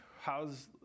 How's